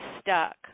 stuck